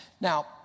Now